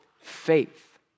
faith